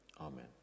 Amen